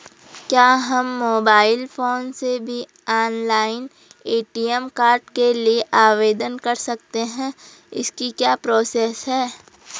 क्या हम mobile phone से भी ऑनलाइन ए.टी.एम कार्ड के लिए आवेदन कर सकते हैं इसकी क्या प्रोसेस है?